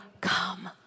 come